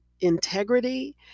integrity